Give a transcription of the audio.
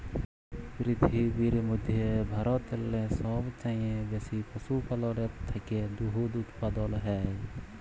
পিরথিবীর ম্যধে ভারতেল্লে সবচাঁয়ে বেশি পশুপাললের থ্যাকে দুহুদ উৎপাদল হ্যয়